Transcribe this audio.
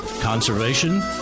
conservation